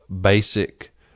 basic